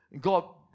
God